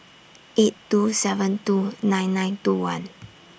eight two seven two nine nine two one